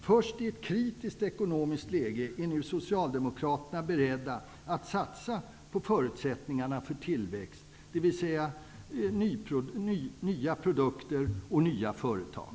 Först nu, i ett ekonomiskt kritiskt läge, är Socialdemokraterna beredda att satsa på detta med förutsättningarna för tillväxt, dvs. nya produkter och nya företag.